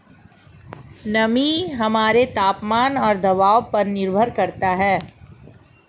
नमी हमारे तापमान और दबाव पर निर्भर करता है